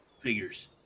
Figures